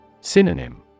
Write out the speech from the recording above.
Synonym